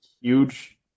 huge